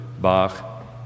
Bach